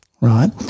right